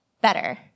better